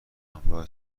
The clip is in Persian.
همراه